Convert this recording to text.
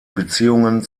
beziehungen